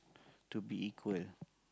to be equal